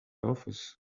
office